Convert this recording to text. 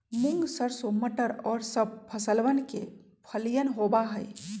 मूंग, सरसों, मटर और सब फसलवन के फलियन होबा हई